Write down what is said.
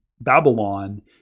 Babylon